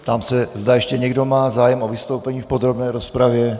Ptám se, zda ještě někdo má zájem o vystoupení v podrobné rozpravě.